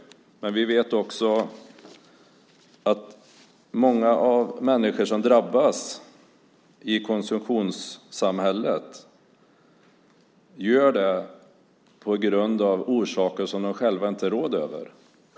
Men vi vet också att många människor som drabbas i konsumtionssamhället gör det av orsaker som de själva inte rår över.